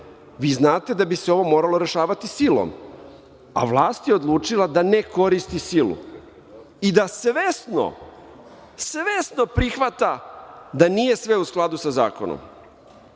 vi znate da bi se ovo moralo rešavati silom. A, vlast je odlučila da ne koristi silu i da svesno, svesno prihvata da nije sve u skladu sa